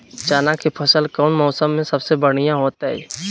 चना के फसल कौन मौसम में सबसे बढ़िया होतय?